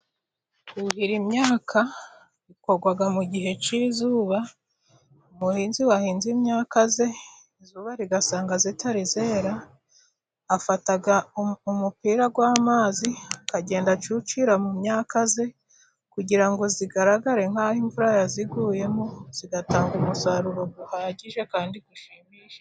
Kuhira imyaka bikorwa mu gihe cy'izuba, umuhinzi wahinze imyaka ye izuba rigasanga itari rera afata umupira wamazi akagenda acucira mu myaka ye, kugira ngo igaragare nk'aho imvura ya yiguyemo igatanga umusaruro uhagije kandi ushimishije.